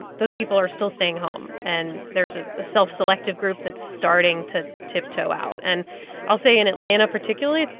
and those people are still staying home. and there's a self-selective group that's starting to tiptoe out and i'll say in atlanta, particularly,